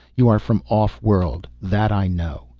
you are from off-world, that i know.